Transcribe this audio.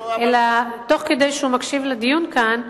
אלא תוך כדי שהוא מקשיב לדיון כאן,